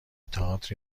تئاتر